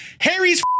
Harry's